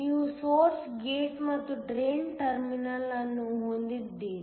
ನೀವು source gate ಮತ್ತು drain terminal ಅನ್ನು ಹೊಂದಿದ್ದೀರಿ